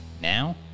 Now